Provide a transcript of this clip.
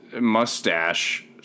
mustache